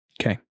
okay